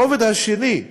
הרובד השני,